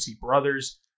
Brothers